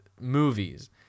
movies